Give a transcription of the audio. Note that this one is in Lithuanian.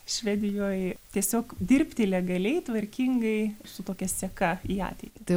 švedijoj tiesiog dirbti legaliai tvarkingai su tokia seka į ateitį